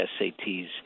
SATs